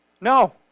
No